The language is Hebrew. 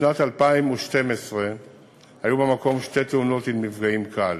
בשנת 2012 היו במקום שתי תאונות עם נפגעים קל,